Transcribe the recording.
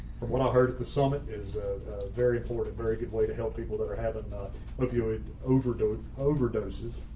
from what i've heard at the summit is very important, very good way to help people that are having opioid overdose overdoses.